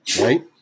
right